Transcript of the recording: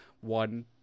One